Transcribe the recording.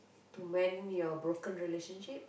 to man your broken relationship